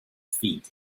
feet